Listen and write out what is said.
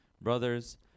brothers